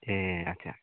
ए अच्छा